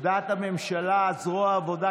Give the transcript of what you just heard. זרוע העבודה,